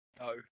No